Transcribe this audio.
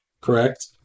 correct